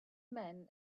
men